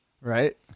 right